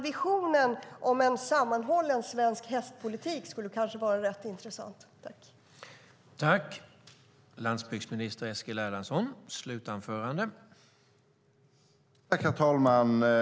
Visionen om en sammanhållen svensk hästpolitik skulle vara rätt intressant att höra mer om.